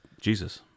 Jesus